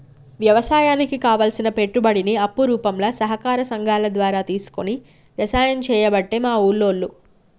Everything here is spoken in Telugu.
వ్యవసాయానికి కావలసిన పెట్టుబడిని అప్పు రూపంల సహకార సంగాల ద్వారా తీసుకొని వ్యసాయం చేయబట్టే మా ఉల్లోళ్ళు